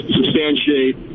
substantiate